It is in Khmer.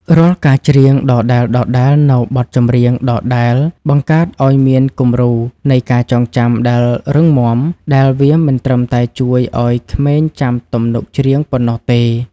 រាល់ការច្រៀងដដែលៗនូវបទចម្រៀងដដែល បង្កើតឱ្យមានគំរូនៃការចងចាំដែលរឹងមាំ ដែលវាមិនត្រឹមតែជួយឱ្យក្មេងចាំទំនុកច្រៀងប៉ុណ្ណោះទេ